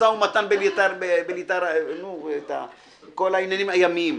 על כל העניינים הימיים.